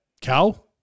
Cow